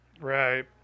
Right